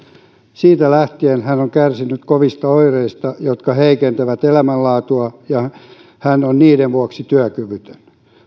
siitä lähtien hän on kärsinyt kovista oireista jotka heikentävät elämänlaatua ja hän on niiden vuoksi työkyvytön